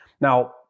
Now